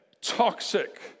toxic